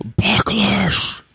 Backlash